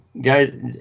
guys